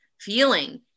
feeling